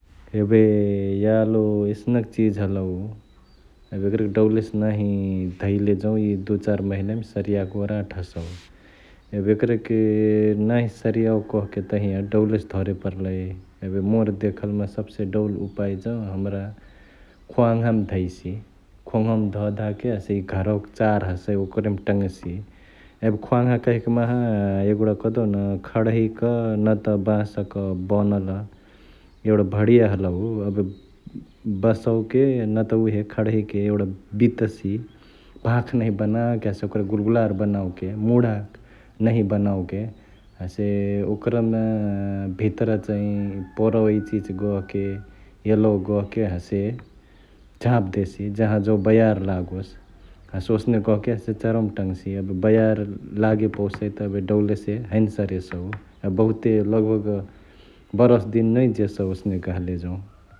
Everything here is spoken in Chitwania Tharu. एबे यालो एसनक चिज हलउ एबे एकरके डउलेसे नाँही धैले जौ इय दुइ, चार महिना मै सारीयाके ओराट हसउ । एबे एकरेके नाँही सारयाउ कहके तहिया डौले से धरे परलई । एबे मोर देखलमा सबसे डौल उपाय त, हमरा खोवाङ्हामा धैसि, खोवाङ्हवामा धधाके हसे इय घरवक चार हसई ओकरहिमा टङ्सी । एबे खोवाङ्हा कहइक माहा एगुडा कहदेउन खणही क न त बांसक बनल एगुडा भंडिया हलउ । एबे बंसवके न त उहे खणहिके यगुडा बितसि, भांख नहिया बनाके हसे ओकरके गुलगुलार बनओके, मुढा नहिया बनओके हसे ओकरमा भितरा चै पोवरा इचहिची गहके, यलौवा गहके हसे झांप देसी जहाँजौ बयार लागोस । हसे ओसने कके चारवा मा टङसी । एबे बयार लागे पोउसई त डौलेसे त हैने सरेसौ एबे बहुते लगभग बरसदिन नै जेसउ ओसने गहले जौ ।